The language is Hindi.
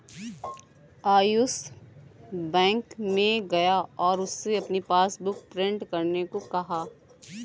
आयुष बैंक में गया और उससे अपनी पासबुक प्रिंट करने को कहा